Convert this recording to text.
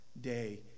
day